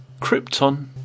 Krypton